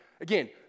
Again